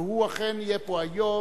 והוא אכן יהיה פה היום,